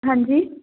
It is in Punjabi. ਹਾਂਜੀ